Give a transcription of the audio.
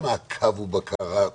אני לא רוצה מעקב ובקרה סתם,